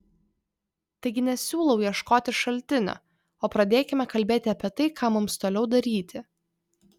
taigi nesiūlau ieškoti šaltinio o pradėkime kalbėti apie tai ką mums toliau daryti